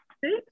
six